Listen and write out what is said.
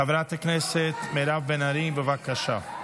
חברת הכנסת מירב בן ארי, בבקשה.